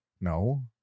No